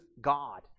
God